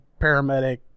paramedic